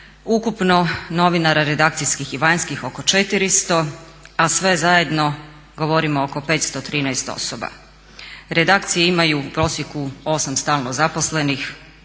ukupno novinara redakcijskih i vanjskih oko 400, a sve zajedno govorimo oko 513 osoba. Redakcije imaju u prosjeku 8 stalno zaposlenih,